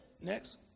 Next